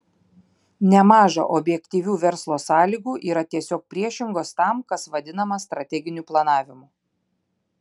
nemaža objektyvių verslo sąlygų yra tiesiog priešingos tam kas vadinama strateginiu planavimu